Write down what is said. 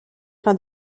fins